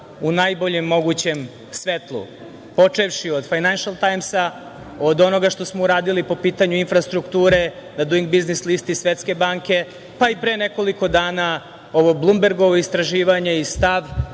u najboljem mogućem svetlu, počevši od "Fajnenšel tajmsa", od onoga što smo uradili po pitanju infrastrukture na "Duing biznis" listi Svetske banke, pa i pre nekoliko dana ovo "Blumbergovo" istraživanje i stav